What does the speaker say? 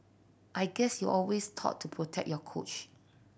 I guess you always taught to protect your coach